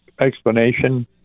explanation